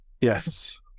Yes